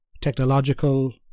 technological